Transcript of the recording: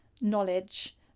knowledge